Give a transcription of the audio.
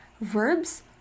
Verbs